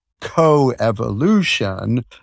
co-evolution